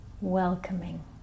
welcoming